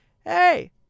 Hey